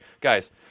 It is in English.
guys